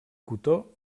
cotó